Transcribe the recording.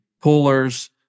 pullers